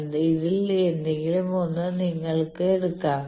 ഇതിൽ ഏതെങ്കിലും ഒന്ന് നിങ്ങൾക്ക് എടുക്കാം